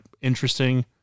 interesting